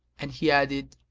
and he added,